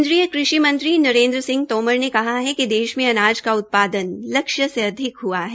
केन्द्रीय कृषि मंत्री नरेन्द्र सिंह तोमर ने कहा है कि देश में अनाज का उत्पादन लक्ष्य से अधिक हुआ है